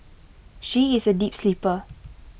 she is A deep sleeper